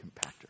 compactor